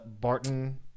Barton